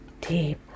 deep